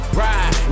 ride